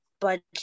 budget